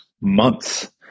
months